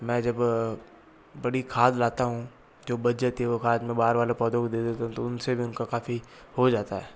मैं जब बड़ी खाद लाता हूँ जो बच जाती है वो खाद मैं बाहर वालों पौधों को दे देता हूँ तो उनसे भी उनका काफ़ी हो जाता है